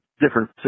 different